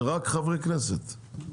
זה רק חברי כנסת.